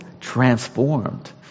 transformed